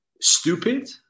stupid